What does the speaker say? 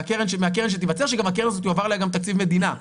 מהקרן שתיווצר, שגם לקרן הזאת יועבר תקציב מדינה.